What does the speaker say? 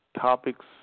topics